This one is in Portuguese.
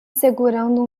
segurando